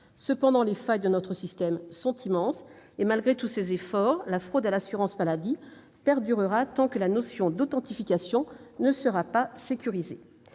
Toutefois, les failles de notre système sont immenses. Malgré tous ces efforts, la fraude à l'assurance maladie perdurera tant que l'authentification ne sera pas sécurisée.